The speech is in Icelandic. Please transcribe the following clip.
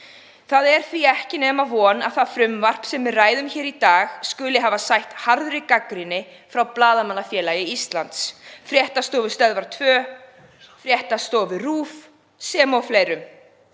Það er því ekki nema von að það frumvarp sem við ræðum hér í dag skuli hafa sætt harðri gagnrýni frá Blaðamannafélagi Íslands, fréttastofu Stöðvar 2, fréttastofu RÚV sem og fleirum.